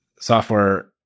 software